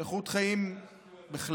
איכות חיים בכלל.